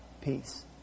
peace